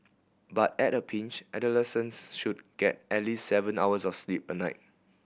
but at a pinch adolescents should get at least seven hours of sleep a night